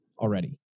already